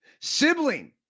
sibling